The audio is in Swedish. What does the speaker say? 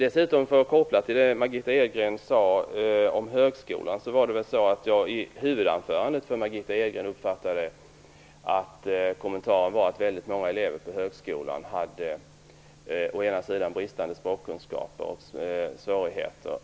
Jag vill koppla detta till det Margitta Edgren sade om högskolan i sitt huvudanförande. Jag uppfattade Margitta Edgrens kommentar så, att hon sade att väldigt många elever på högskolan hade bristande språkkunskaper och svårigheter.